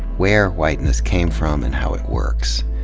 where whiteness came from and how it works.